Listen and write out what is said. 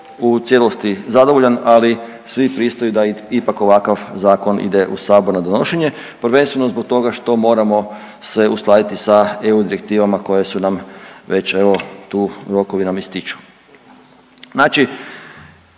u cijelosti zadovoljan, ali svi pristaju da ipak ovakav zakon ide u sabor na donošenje prvenstveno zbog toga što moramo se uskladiti sa eu direktivama koje su nam već evo tu, rokovi nam ističu. Znači